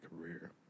career